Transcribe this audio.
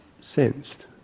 sensed